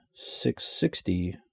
660